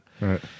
right